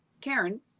karen